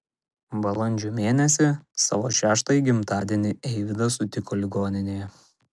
balandžio mėnesį savo šeštąjį gimtadienį eivydas sutiko ligoninėje